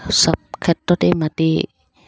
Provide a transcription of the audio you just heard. চব ক্ষেত্ৰতেই মাটি